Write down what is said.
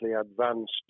advanced